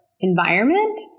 environment